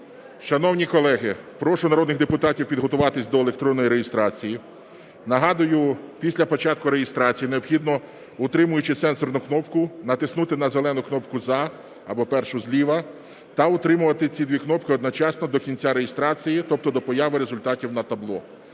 Шановні колеги, прошу народних депутатів підготуватись до електронної реєстрації. Нагадую, після початку реєстрації необхідно, утримуючи сенсорну кнопку, натиснути на зелену кнопку "За" або першу зліва та утримувати ці дві кнопки одночасно до кінця реєстрації, тобто до появи результатів на табло.